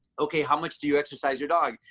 ok, how much do you exercise your dog?